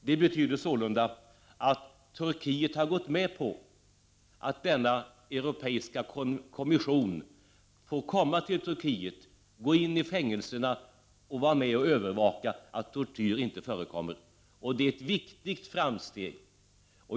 Det betyder sålunda att Turkiet har gått med på att denna europeiska kommission får komma till Turkiet, gå in i fängelserna och vara med och övervaka att tortyr inte förekommer. Det är ett viktigt framsteg.